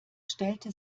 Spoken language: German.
stellte